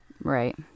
Right